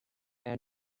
and